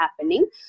happening